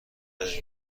رنج